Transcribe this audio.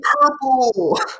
Purple